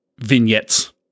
vignettes